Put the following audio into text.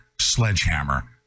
sledgehammer